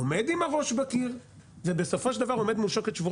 עומד עם הראש בקיר ובסופו של דבר עומד מול שוקת שבורה